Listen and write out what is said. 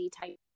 type